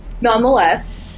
nonetheless